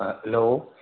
hello